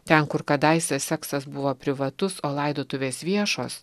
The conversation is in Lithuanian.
ten kur kadaise seksas buvo privatus o laidotuvės viešos